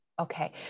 okay